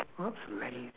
what's lazy